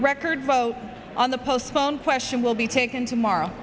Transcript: record vote on the postponed question will be taken tomorrow